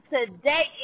Today